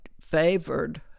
favored